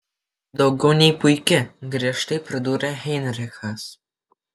daugiau nei puiki griežtai pridūrė heinrichas